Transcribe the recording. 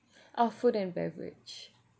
uh food and beverage